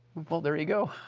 well, there you go.